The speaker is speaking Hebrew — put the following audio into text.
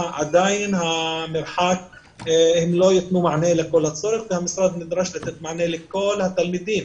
עדיין הן לא יתנו מענה לכל הצורך והמשרד נדרש לתת מענה לכל התלמידים.